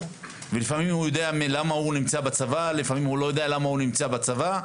ולפעמים הוא יודע למה הוא נמצא בצבא.